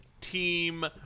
team